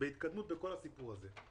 בהתקדמות בכל הסיפור הזה.